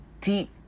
deep